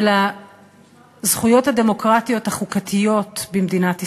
ולזכויות הדמוקרטיות החוקתיות במדינת ישראל.